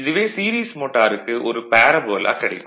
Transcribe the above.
இதுவே சீரிஸ் மோட்டாருக்கு ஒரு பேரபோலா கிடைக்கும்